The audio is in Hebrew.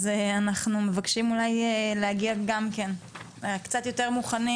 אז אנחנו מבקשים להגיע קצת יותר מוכנים,